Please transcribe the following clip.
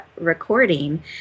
recording